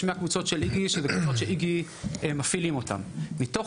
יש קבוצות ש-׳איגי׳ מפעילים בעצמם ומתוך